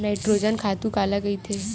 Nitrogen खातु काला कहिथे?